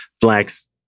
Blacks